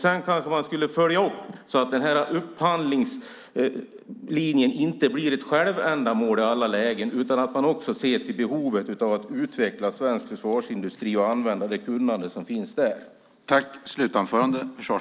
Sedan ska man följa upp så att upphandlingslinjen inte blir ett självändamål i alla lägen utan att man också ser till behovet av att utveckla svensk försvarsindustri och använda det kunnande som finns där.